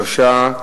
3,